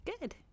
good